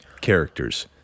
characters